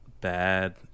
bad